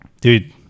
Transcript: dude